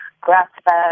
grass-fed